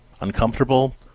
uncomfortable